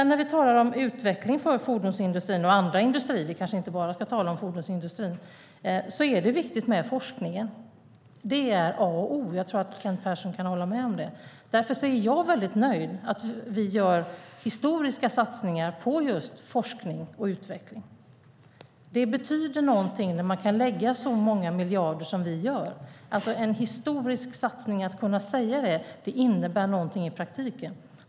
När vi talar om utveckling för fordonsindustrin och andra industrier - vi kanske inte ska tala bara om fordonsindustrin - är det viktigt med forskningen. Det är A och O. Jag tror att Kent Persson kan hålla med om det. Därför är jag mycket nöjd med att vi gör historiska satsningar på just forskning och utveckling. Det betyder någonting när man kan lägga så många miljarder på detta som vi gör. Det är en historisk satsning, och det innebär någonting i praktiken.